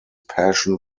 passion